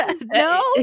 no